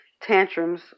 tantrums